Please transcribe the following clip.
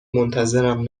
منتظرم